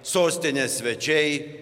sostinės svečiai